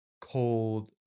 cold